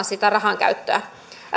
sitä rahankäyttöä valvotaan